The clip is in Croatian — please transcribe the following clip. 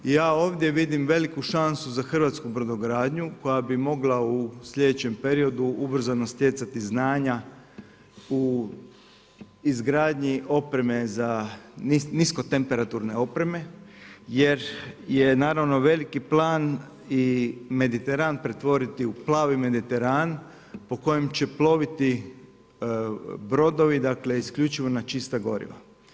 Ja ovdje vidim veliku šansu za hrvatsku brodogradnju, koja bi mogla u sljedećem periodu ubrzano stjecati znanja u izgradnji opreme za nisko temperaturne opreme, jer je naravno, veliki plan i Mediterana pretvoriti u plavi Mediteran, po kojem će ploviti brodovi isključivo na čista goriva.